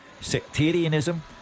sectarianism